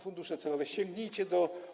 fundusze celowe, sięgnijcie do